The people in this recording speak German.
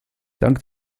dank